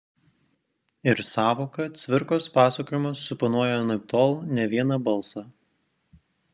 ir sąvoka cvirkos pasakojimas suponuoja anaiptol ne vieną balsą